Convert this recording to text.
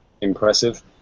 impressive